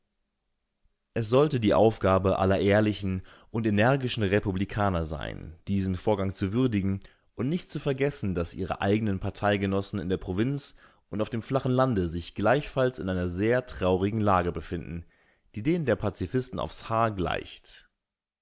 es sollte die aufgabe aller ehrlichen und energischen republikaner sein diesen vorgang zu würdigen und nicht zu vergessen daß ihre eigenen parteigenossen in der provinz und auf dem flachen lande sich gleichfalls in einer sehr traurigen lage befinden die denen der pazifisten aufs haar gleicht